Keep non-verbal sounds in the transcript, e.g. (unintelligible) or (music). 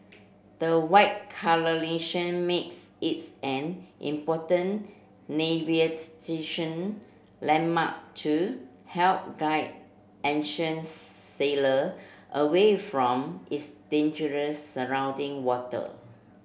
the white colouration makes its an important (unintelligible) landmark to help guide ancient sailor away from its dangerous surrounding water